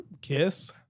kiss